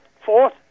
fourth